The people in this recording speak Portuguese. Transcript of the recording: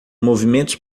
movimentos